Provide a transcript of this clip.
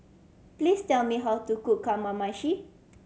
please tell me how to cook Kamameshi